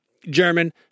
German